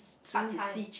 part time